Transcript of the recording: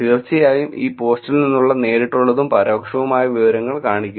തീർച്ചയായും ഈ പോസ്റ്റിൽ നിന്നുള്ള നേരിട്ടുള്ളതും പരോക്ഷവുമായ വിവരങ്ങൾ കാണിക്കുന്നു